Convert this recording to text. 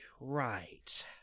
right